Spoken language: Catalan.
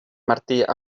martí